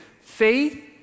Faith